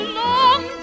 long